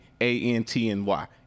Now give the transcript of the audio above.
A-N-T-N-Y